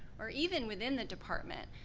or even within the department,